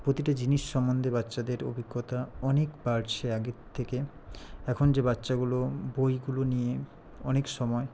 প্রতিটা জিনিস সম্বন্ধে বাচ্চাদের অভিজ্ঞতা অনেক বাড়ছে আগের থেকে এখন যে বাচ্চাগুলো বইগুলো নিয়ে অনেক সময়